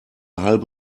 halbe